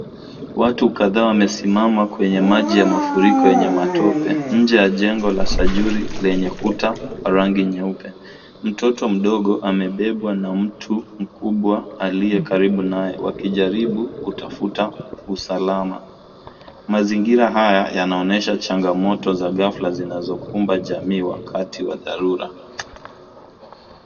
Watu kadhaa wamesimama kwenye maji ya mafuriko yenye matope nje ya jengo la sajuri lenye kuta wa rangi nyeupe. Mtoto mdogo amebebwa na mtu mkubwa aliyekaribu naye wakijaribu kutafuta usalama. Mazingira haya yanaonyesha changamoto za ghafla zinazokumba jamii wakati wa dharura.